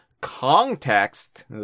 Context